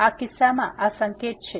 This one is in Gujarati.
તેથી આ કિસ્સામાં આ સંકેત છે